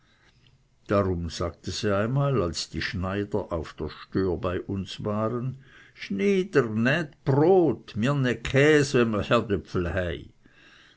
darum sagte sie einmal als die schneider auf der stör bei uns waren schnyder nät brot mir nä